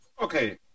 Okay